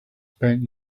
spent